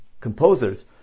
composers